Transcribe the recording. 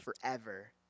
forever